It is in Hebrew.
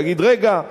להגיד: רגע,